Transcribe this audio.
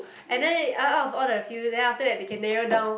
and then all out of the field then after that they can narrow down